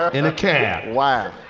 ah in a cab. why?